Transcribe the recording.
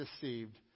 deceived